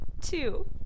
two